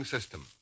System